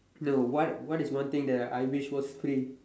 no what what is one thing that I wish was free